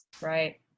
Right